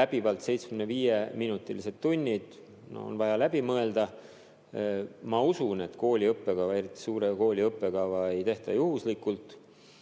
läbivalt 75-minutilised tunnid on vaja läbi mõelda. Ma usun, et kooli õppekava, eriti suure kooli õppekava ei tehta juhuslikult,